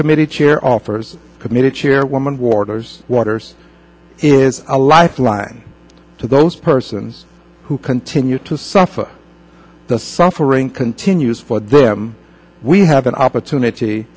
subcommittee chair offers committee chairwoman warders waters is a lifeline to those persons who continue to suffer the suffering continues for there we have an opportunity